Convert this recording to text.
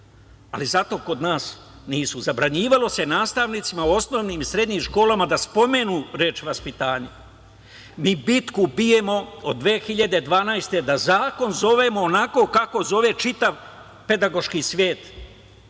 reč „vaspitanje“.Zabranjivalo se nastavnicima u osnovnim i srednjim školama da spomenu reč „vaspitanje“. Mi bitku bijemo od 2012. godine da zakon zovemo onako kako zove čitav pedagoški svet,